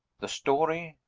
the story.